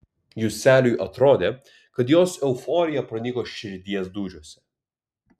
juseliui atrodė kad jos euforija pranyko širdies dūžiuose